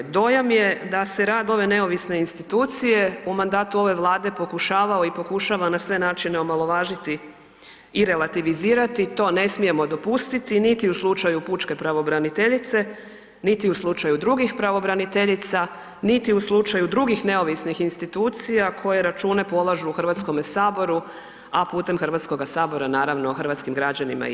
Dojam je da se rad ove neovisne institucije u mandatu ove Vlade pokušavao i pokušava na sve načine omalovažiti i relativizirati, to ne smijemo dopustiti niti u slučaju pučke pravobraniteljice, niti u slučaju drugih pravobraniteljica, niti u slučaju drugih neovisnih institucija koje račune polažu Hrvatskom saboru, a putem Hrvatskog sabora naravno hrvatskim građanima i javnosti.